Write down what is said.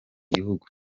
gihugu